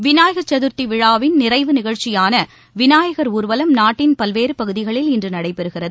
விநாயகா் சதுா்த்தி விழாவின் நிறைவு நிகழ்ச்சியான விநாயகா் ஊாவலம் நாட்டின் பல்வேறு பகுதிகளில் இன்று நடைபெறுகிறது